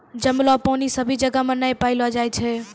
जमलो पानी सभी जगह नै पैलो जाय छै